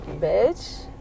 Bitch